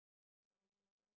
ah kampung